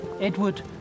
Edward